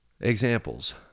examples